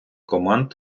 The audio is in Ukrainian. команд